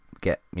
get